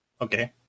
Okay